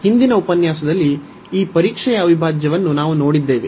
ಹಿಂದಿನ ಉಪನ್ಯಾಸದಲ್ಲಿ ಈ ಮಾದರಿ ಅವಿಭಾಜ್ಯವನ್ನು ನಾವು ನೋಡಿದ್ದೇವೆ